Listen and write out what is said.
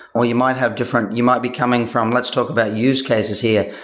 or you might have different you might be coming from let's talk about use cases here.